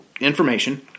Information